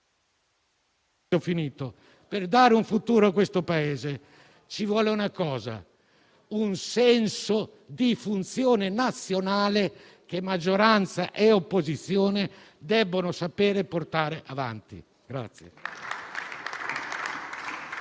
per dare un futuro a questo Paese. Ci vuole un senso di funzione nazionale che maggioranza e opposizione debbono sapere portare avanti.